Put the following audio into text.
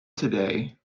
today